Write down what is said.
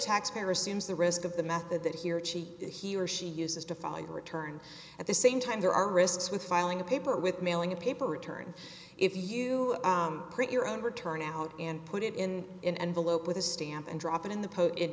taxpayer assumes the risk of the method that he or she he or she uses to file your return at the same time there are risks with filing a paper with mailing a paper return if you create your own return out and put it in an envelope with a stamp and drop it in the